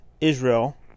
Israel